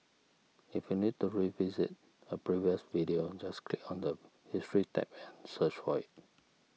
if you need to revisit a previous video just click on the history tab and search for it